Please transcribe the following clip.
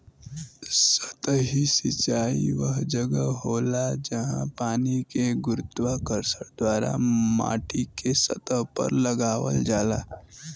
सतही सिंचाई वह जगह होला, जहाँ पानी के गुरुत्वाकर्षण द्वारा माटीके सतह पर लगावल जाला